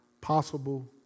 possible